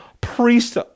priest